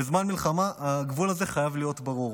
בזמן מלחמה הגבול הזה חייב להיות ברור.